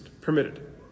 permitted